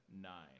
nine